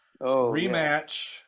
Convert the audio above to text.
Rematch